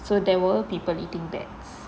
so there were people eating bats